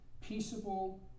peaceable